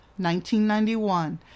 1991